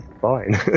fine